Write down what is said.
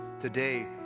Today